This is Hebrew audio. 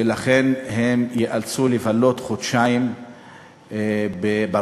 ולכן הם ייאלצו לבלות חודשיים ברחובות.